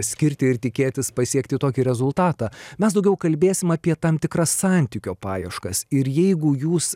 skirti ir tikėtis pasiekti tokį rezultatą mes daugiau kalbėsim apie tam tikras santykio paieškas ir jeigu jūs